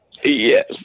yes